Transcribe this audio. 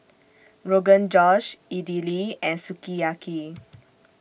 Rogan Josh Idili and Sukiyaki